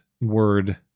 word